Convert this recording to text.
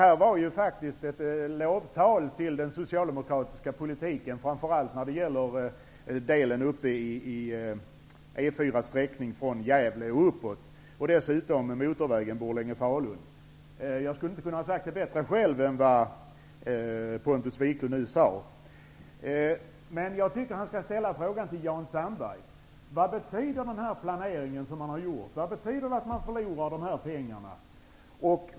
Fru talman! Detta var ett lovtal till den socialdemokratiska politiken, framför allt när det gäller sträckningen av E 4 från Gävle och uppåt och dessutom motorvägen Borlänge--Falun. Jag skulle inte ha kunnat säga det bättre själv än vad Pontus Jag tycker dock att Pontus Wiklund skall fråga Jan Sandberg om betydelsen av den planering man nu har gjort och förlusten av dessa pengar.